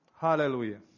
Hallelujah